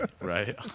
right